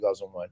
2001